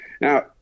Now